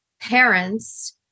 parents